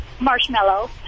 marshmallow